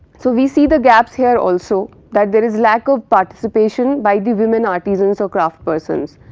so, we see the gaps here also that there is lack of participation by the women artisans or craftspersons.